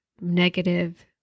negative